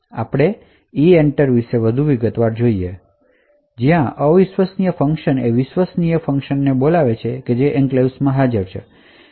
આપણે EENTER વિશે વધુ વિગતવાર જોઈએ છીએ જ્યાં અવિશ્વસનીય ફંક્શન એ વિશ્વસનીય ફંક્શન જે એન્ક્લેવ્સ માં હાજર છે તેને કોલ કરેછે